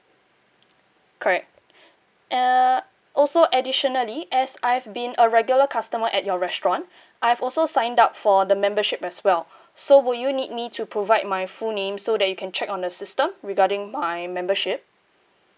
correct err also additionally as I've been a regular customer at your restaurant I have also signed up for the membership as well so will you need me to provide my full name so that you can check on the system regarding my membership